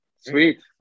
Sweet